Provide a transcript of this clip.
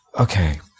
Okay